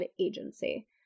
agency